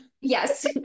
Yes